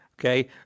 okay